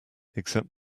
except